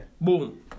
Boom